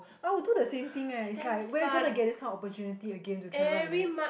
I will do the same thing eh is like where you gonna get this kind opportunity again to travel like that